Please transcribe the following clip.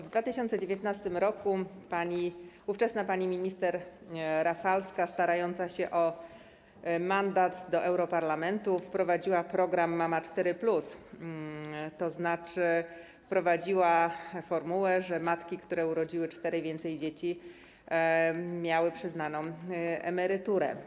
W 2019 r. ówczesna pani minister Rafalska starająca się o mandat do europarlamentu wprowadziła program „Mama 4+”, tzn. wprowadziła formułę, że matki, które urodziły czworo i więcej dzieci, miały przyznaną emeryturę.